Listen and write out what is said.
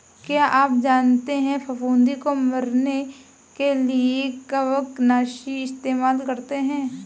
क्या आप जानते है फफूंदी को मरने के लिए कवकनाशी इस्तेमाल करते है?